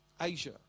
Asia